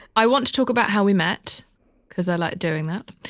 i want to talk about how we met because i like doing that.